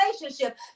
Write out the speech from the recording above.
relationship